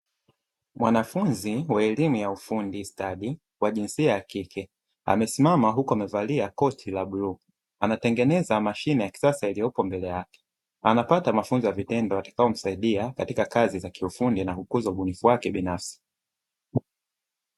Mwanafunzi wa elimu ya ufundi stadi wa jinsia ya kike amesimama huku amevalia koti la bluu anatengeneza mashine ya kisasa iliyopo mbele yake, anapata mafunzo ya vitendo yatakayo msaidia katika kazi za kiufundi na kukuza ubunifu wake binafsi.